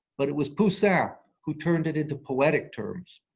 but it was poussin yeah who turned it into poetic terms.